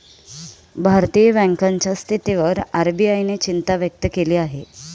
भारतीय बँकांच्या स्थितीवर आर.बी.आय ने चिंता व्यक्त केली आहे